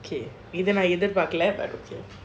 okay இத நான் எதிர் பார்க்கலே:idha naan edhir paarkkala